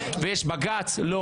"יש בג"ץ" אבל לא.